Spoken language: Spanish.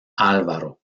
álvaro